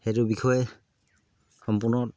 সেইটো বিষয়ে সম্পূৰ্ণ